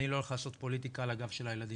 אני לא הולך לעשות פוליטיקה על הגב של הילדים.